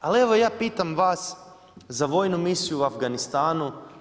Ali evo, ja pitam vas za vojnu misiju u Afganistanu.